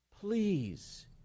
please